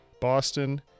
Boston